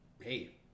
hey